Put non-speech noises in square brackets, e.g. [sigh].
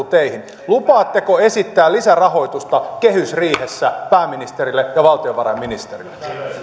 [unintelligible] teihin lupaatteko esittää lisärahoitusta kehysriihessä pääministerille ja valtiovarainministerille